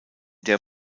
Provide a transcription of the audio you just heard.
der